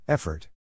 Effort